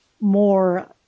more